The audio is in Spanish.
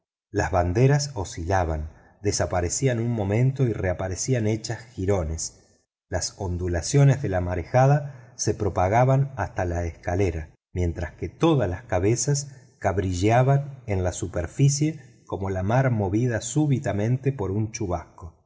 las banderas oscilaban desaparecían un momento y reaparecían hechas jirones las ondulaciones de la marejada se propagaban hasta la escalera mientras que todas las cabezas cabrilleaban en la superficie como la mar movida súbitamente por un chubasco